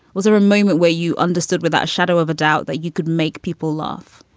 was there a moment where you understood without a shadow of a doubt that you could make people laugh?